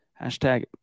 Hashtag